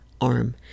arm